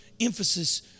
emphasis